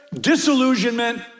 disillusionment